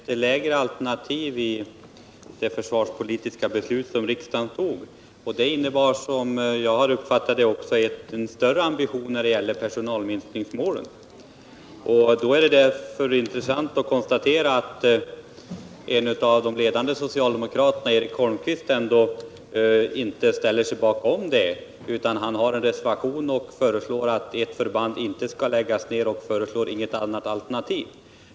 Herr talman! Det är ändå så att socialdemokraterna hade ett lägre alternativ när riksdagen tog det försvarspolitiska beslutet. Det innebär, såsom jag också har uppfattat det, en större ambition när det gäller personalminskningsmålet. Det är därför intressant att konstatera att en av de ledande socialdemokraterna, Eric Holmqvist, inte ställer sig bakom det. Han har en reservation, där han föreslår att ett förband inte skall läggas ned, men han föreslår inget alternativ till nedläggning.